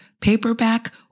paperback